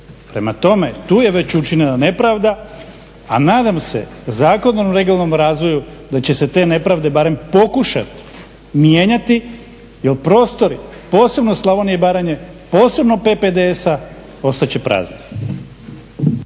prema tome tu je već učinjena nepravda. A nadam se Zakonom o regionalnom razvoju da će se te nepravde barem pokušati mijenjati jer prostor posebno Slavonije i Baranje posebno PPDS-a ostat će prazni.